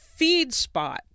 Feedspot